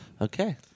Okay